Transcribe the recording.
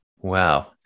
Wow